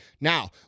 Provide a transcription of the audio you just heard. Now